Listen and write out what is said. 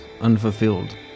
Unfulfilled